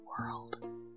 world